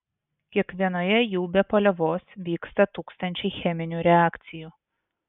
kiekvienoje jų be paliovos vyksta tūkstančiai cheminių reakcijų